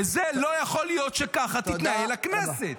ולא יכול להיות שככה תתנהל הכנסת.